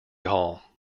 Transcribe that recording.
hall